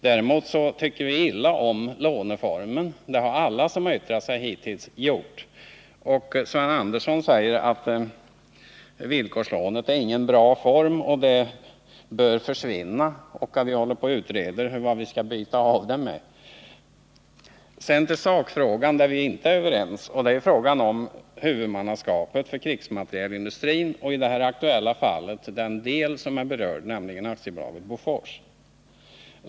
Däremot tycker vi illa om låneformen, vilket alla har gjort som hittills har yttrat sig. Sven Andersson säger att villkorslånet inte är någon bra form; det bör försvinna, och vi håller på att utreda vad vi skall kunna byta ut den formen mot. Sedan till sakfrågan där vi inte är överens, frågan om huvudmannaskapet för krigsmaterielindustrin och i det aktuella fallet den del som är berörd, nämligen AB Bofors.